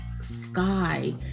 Sky